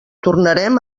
tornarem